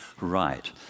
Right